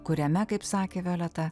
kuriame kaip sakė violeta